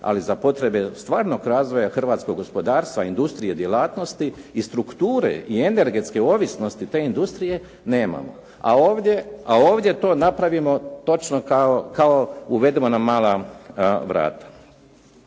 ali za potrebe stvarnog razvoja hrvatskog gospodarstva, industrije djelatnosti i strukture i energetske ovisnosti te industrije nemamo. A ovdje to napravimo točno kao uvedemo na mala vrata.